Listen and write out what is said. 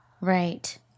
Right